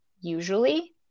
usually